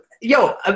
Yo